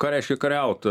ką reiškia kariaut